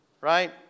Right